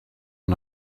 and